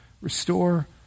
restore